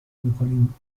میکنیم